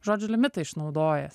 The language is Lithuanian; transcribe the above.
žodžių limitą išnaudojęs